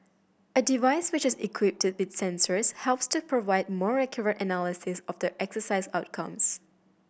a device which is equipped with sensors helps to provide more accurate analysis of the exercise outcomes